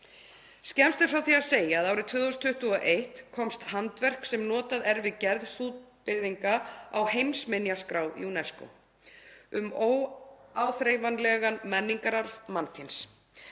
Skemmst er frá því að segja að árið 2021 komst handverk sem notað er við gerð súðbyrðinga á heimsminjaskrá UNESCO um óáþreifanlegan menningararf mannkyns.